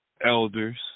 elders